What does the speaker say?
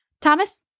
Thomas